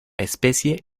especie